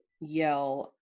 yell